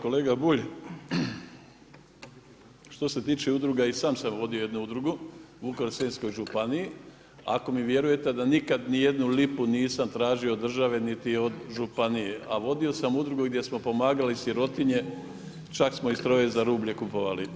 Kolega Bulj, što se tiče udruga i sam sam vodio jednu udrugu u Vukovarsko-srijemskoj županiji, ako mi vjerujete da nikad nijednu lipu nisam tražio od države niti od županije a vodio sam udrugu gdje smo pomagali sirotinji, čak smo i strojeve za rublje kupovali.